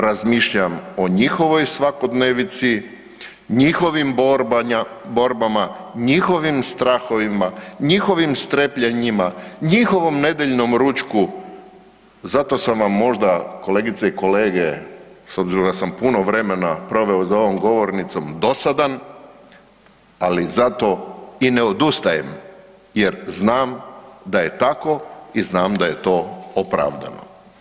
Razmišljam o njihovoj svakodnevici, njihovim borbama, njihovim strahovima, njihovim strepljenjima, njihovom nedjeljnom ručku zato sam vam možda kolegice i kolege s obzirom da sam puno vremena proveo za ovom govornicom dosadan, ali zato i ne odustajem, jer znam da je tako i znam da je to opravdano.